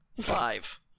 five